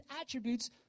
attributes